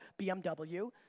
BMW